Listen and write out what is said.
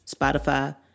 Spotify